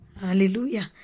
Hallelujah